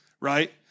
right